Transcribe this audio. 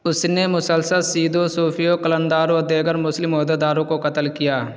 اس نے مسلسل سیدوں صوفیوں قلنداروں دیگر مسلم عہدیداروں کو قتل کیا